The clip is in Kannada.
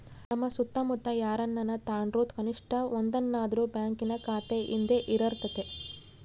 ನಮ್ಮ ಸುತ್ತಮುತ್ತ ಯಾರನನ ತಾಂಡ್ರು ಕನಿಷ್ಟ ಒಂದನಾದ್ರು ಬ್ಯಾಂಕಿನ ಖಾತೆಯಿದ್ದೇ ಇರರ್ತತೆ